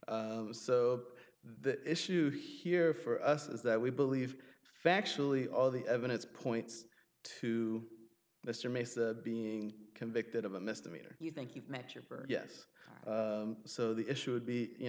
d so the issue here for us is that we believe factually all the evidence points to mr mason being convicted of a misdemeanor you think you've met your yes so the issue would be you